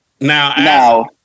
Now